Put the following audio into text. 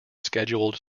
scheduled